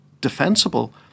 defensible